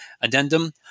addendum